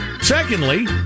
Secondly